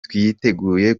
twiteguye